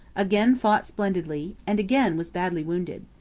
again fought splendidly, and again was badly wounded.